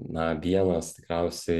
na vienas tikriausiai